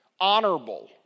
honorable